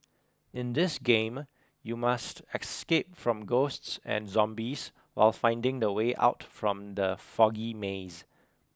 in this game you must escape from ghosts and zombies while finding the way out from the foggy maze